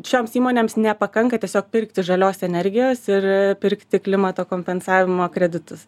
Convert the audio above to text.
šioms įmonėms nepakanka tiesiog pirkti žalios energijos ir pirkti klimato kompensavimo kreditus